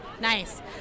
Nice